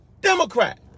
democrat